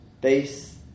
Base